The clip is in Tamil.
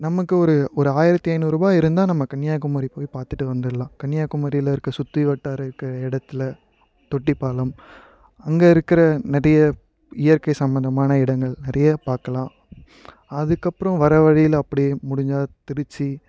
நமக்கு ஒரு ஒரு ஆயிரத்தி ஐந்நூறுரூபா இருந்தால் நம்ம கன்னியாகுமரி போய் பார்த்துட்டு வந்துடலாம் கன்னியாகுமரியில் இருக்கற சுற்று வட்டாரம் இருக்கிற இடத்துல தொட்டிப் பாலம் அங்கே இருக்கிற நிறைய இயற்கை சம்மந்தமான இடங்கள் நிறைய பார்க்கலாம் அதுக்கப்புறம் வர வழியில் அப்படியே முடிஞ்சால் திருச்சி